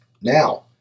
Now